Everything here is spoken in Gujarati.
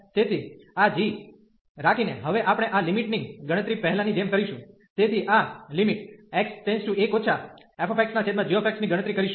તેથી આ g રાખીને હવે આપણે આ લિમિટની ગણતરી પહેલાની જેમ કરીશું તેથી આx→1 fxg ની ગણતરી કરીશું